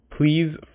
please